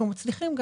אנחנו מצליחים.